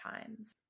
times